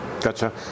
Gotcha